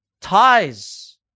ties